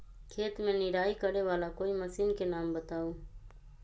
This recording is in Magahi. खेत मे निराई करे वाला कोई मशीन के नाम बताऊ?